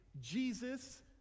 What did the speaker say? Jesus